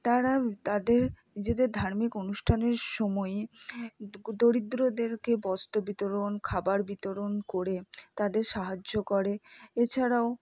তারা তাদের নিজেদের ধার্মিক অনুষ্ঠানের সময় দরিদ্রদেরকে বস্ত্র বিতরণ খাবার বিতরণ করে তাদের সাহায্য করে এছাড়াও